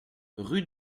rue